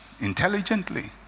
Intelligently